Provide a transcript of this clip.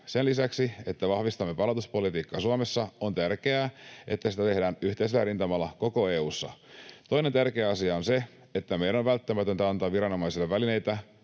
Sen lisäksi, että vahvistamme palautuspolitiikkaa Suomessa, on tärkeää, että sitä tehdään yhteisellä rintamalla koko EU:ssa. Toinen tärkeä asia on se, että meidän on välttämätöntä antaa viranomaisille välineitä,